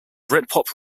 britpop